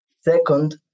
Second